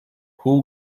who